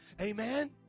Amen